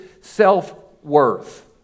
self-worth